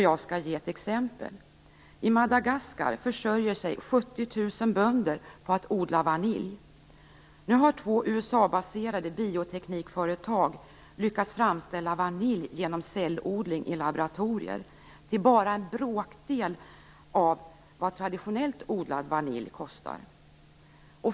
Jag skall ge ett exempel. I Madagaskar försörjer sig 70 000 bönder på att odla vanilj. Nu har två USA baserade bioteknikföretag lyckats framställa vanilj genom cellodling i laboratorier till bara en bråkdel av vad traditionellt odlad vanilj kostar.